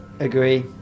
Agree